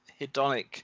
hedonic